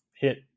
hit